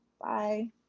Bye